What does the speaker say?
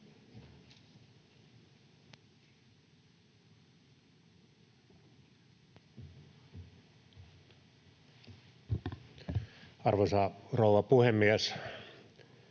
Arvoisa rouva puhemies!